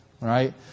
Right